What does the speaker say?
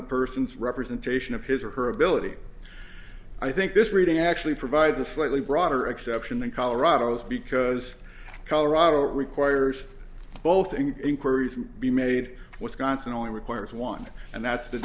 the person's representation of his or her ability i think this reading actually provides a slightly broader exception than colorado's because colorado requires both in inquiries be made wisconsin only requires one and that's the